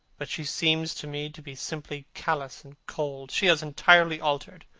but she seems to me to be simply callous and cold. she has entirely altered.